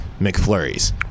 McFlurries